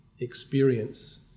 experience